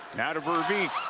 now to veerbeek